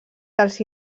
dels